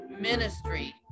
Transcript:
ministry